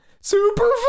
Super